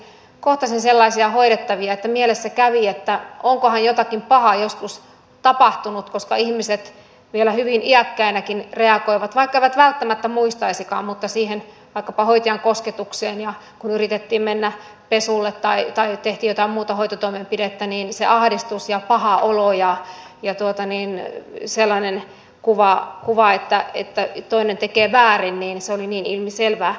kohtasin sellaisia hoidettavia että mielessä kävi että onkohan jotakin pahaa joskus tapahtunut koska ihmiset vielä hyvin iäkkäinäkin reagoivat vaikka eivät välttämättä muistaisikaan vaikkapa hoitajan kosketukseen ja kun yritettiin mennä pesulle tai tehtiin jotain muuta hoitotoimenpidettä niin se ahdistus ja paha olo ja sellainen kuva että toinen tekee väärin oli niin ilmiselvää